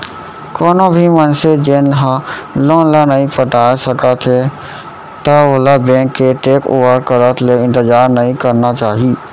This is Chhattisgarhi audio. कोनो भी मनसे जेन ह लोन ल नइ पटाए सकत हे त ओला बेंक के टेक ओवर करत ले इंतजार नइ करना चाही